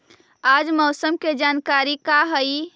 आज मौसम के जानकारी का हई?